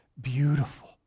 beautiful